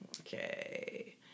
okay